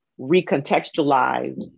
recontextualize